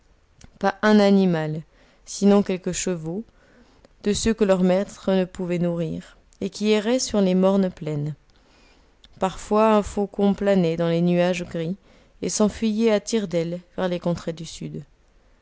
pas un animal sinon quelques chevaux de ceux que leur maître ne pouvait nourrir et qui erraient sur les mornes plaines parfois un faucon planait dans les nuages gris et s'enfuyait à tire-d'aile vers les contrées du sud